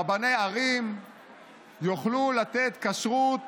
רבני ערים יוכלו לתת כשרות